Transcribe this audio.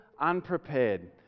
unprepared